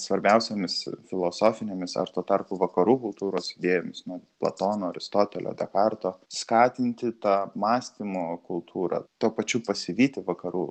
svarbiausiomis filosofinėmis ar tuo tarpu vakarų kultūros idėjomis na platono aristotelio dekarto skatinti tą mąstymo kultūrą tuo pačiu pasivyti vakarų